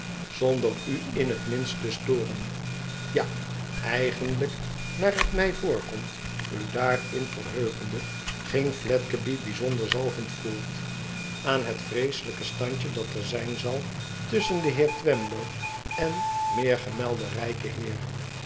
zohder u in het minst te storen ja eigenlijk naar het mij voorkomt u daarin verheugende ging fledgeby bijzonder zalvend voort aan het vreeselijke standje dat er zijn zal tusschen den heer twemlow en meergemelden rijken heer